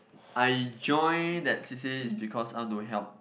I join that C_C_A is because I want to help